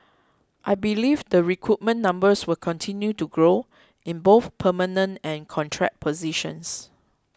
I believe the recruitment numbers will continue to grow in both permanent and contract positions